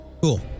Cool